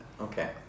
Okay